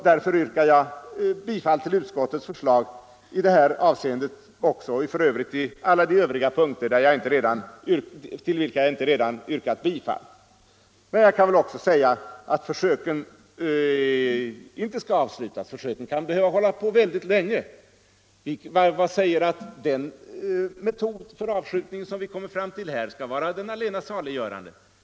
Därför biträder jag utskottets förslag även i detta avseende. Jag kan väl också säga att försöken inte skall avslutas — de kan behöva hålla på mycket länge. Vad är det som säger att den metod för avskjutning som vi kommer fram till är den allena saliggörande?